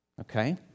Okay